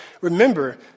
remember